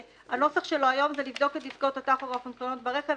שנוסחו כיום: "לבדוק את דיסקות הטכוגרף המותקנות ברכב,